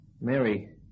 Mary